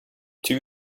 two